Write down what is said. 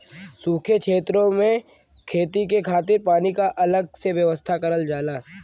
सूखे छेतरो में खेती के खातिर पानी क अलग से व्यवस्था करल जाला